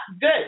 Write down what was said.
good